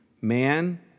man